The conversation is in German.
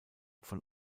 von